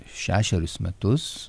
šešerius metus